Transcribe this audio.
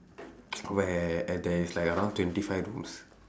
where there is around twenty five rooms